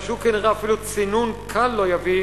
אלא שהוא כנראה אפילו צינון קל לא יביא